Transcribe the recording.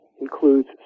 includes